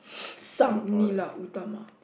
Sang-Nila-Utama